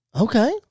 Okay